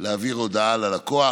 להעביר הודעה ללקוח.